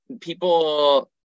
people